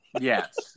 Yes